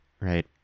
right